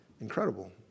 incredible